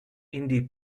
indie